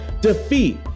defeat